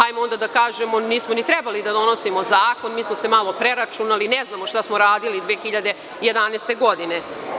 Hajdemo onda da kažemo – nismo ni trebali da donosimo zakon, mi smo se malo preračunali, ne znamo šta smo radili 2011. godine.